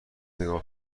نگاه